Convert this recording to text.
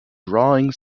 drawing